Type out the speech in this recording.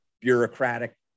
bureaucratic